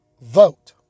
vote